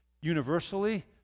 universally